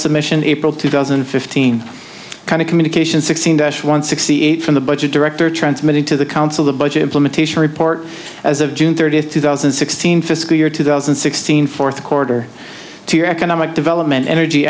submission april two thousand and fifteen kind of communication sixteen dash one sixty eight from the budget director transmitted to the council the budget implementation report as of june thirtieth two thousand and sixteen fiscal year two thousand and sixteen fourth quarter to your economic development energy